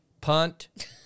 punt